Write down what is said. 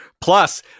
Plus